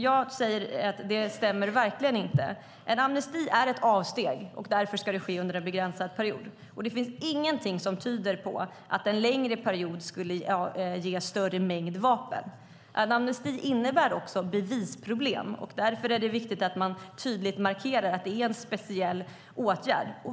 Jag säger att det verkligen inte stämmer. En amnesti är ett avsteg, och därför ska det ske under en begränsad period. Det finns inget som tyder på att en längre period skulle ge större mängd vapen. En amnesti innebär också bevisproblem. Därför är det viktigt att man tydligt markerar att det är en speciell åtgärd.